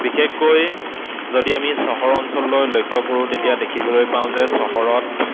বিশেষকৈ যদি আমি চহৰ অঞ্চললৈ লক্ষ্য কৰোঁ তেতিয়া দেখিবলৈ পাওঁ যে চহৰত